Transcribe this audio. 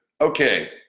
Okay